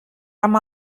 amb